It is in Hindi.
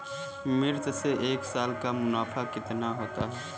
मिर्च से एक साल का मुनाफा कितना होता है?